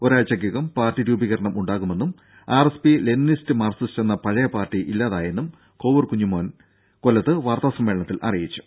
ഒരാഴ്ച്ചക്കകം party രൂപീകരണമുണ്ടാകുമെന്നും RSP Leninist Marxist എന്ന പഴയ പാർട്ടി ഇല്ലാതായെന്നും കോവൂർ കുഞ്ഞിമോൻ കൊല്ലത്ത് വാർത്താ സമ്മേളനത്തിൽ അറിയിച്ചു